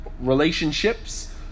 relationships